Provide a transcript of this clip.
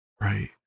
right